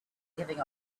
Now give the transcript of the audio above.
giving